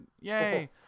yay